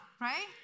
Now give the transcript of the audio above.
Right